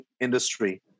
industry